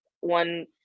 one